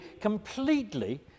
completely